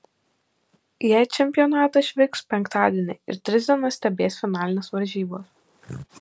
jie į čempionatą išvyks penktadienį ir tris dienas stebės finalines varžybas